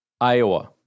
Iowa